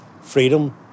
freedom